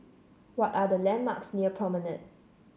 what are the landmarks near Promenade